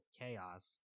chaos